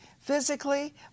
physically